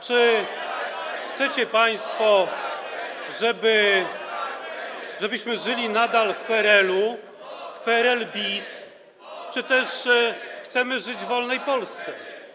Czy chcecie państwo, żebyśmy żyli nadal w PRL-u, w PRL bis, czy też chcecie żyć w wolnej Polsce?